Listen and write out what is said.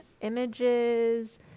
images